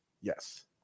Yes